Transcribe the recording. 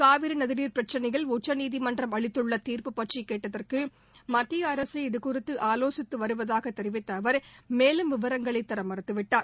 காவிரி நதிநீர் பிரச்சினையில் உச்சநீதிமன்றம் அளித்துள்ள தீாப்பு பற்றி கேட்டதற்கு மத்திய அரசு இதுகுறித்து ஆலோசித்து வருவதாக தெரிவித்த அவர் மேலும் விவரங்களை தர மறுத்துவிட்டார்